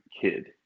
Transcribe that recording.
kid